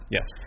Yes